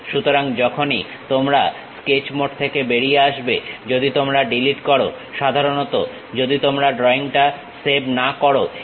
সুতরাং যখনই তোমরা স্কেচ মোড থেকে বেরিয়ে আসবে যদি তোমরা ডিলিট করো সাধারণত যদি তোমরা ড্রইংটা সেভ না করো এটা সমস্তটাই ডিলিট করবে